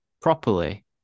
properly